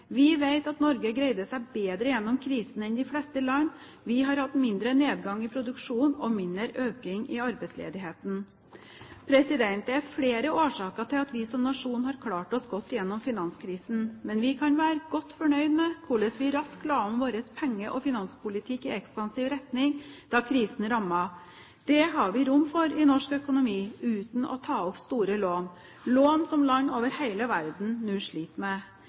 Vi vet at Norge greide seg bedre gjennom krisen enn de fleste land, og vi har hatt mindre nedgang i produksjonen og mindre økning i arbeidsledigheten. Det er flere årsaker til at vi som nasjon har klart oss godt igjennom finanskrisen, men vi kan være godt fornøyd med hvordan vi raskt la om vår penge- og finanspolitikk i ekspansiv retning da krisen rammet. Det har vi rom for i norsk økonomi uten å ta opp store lån – lån som land over hele verden nå sliter med.